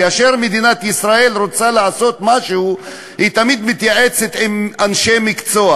כאשר מדינת ישראל רוצה לעשות משהו היא תמיד מתייעצת עם אנשי מקצוע,